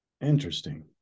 Interesting